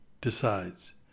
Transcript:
decides